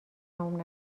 تموم